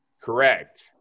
Correct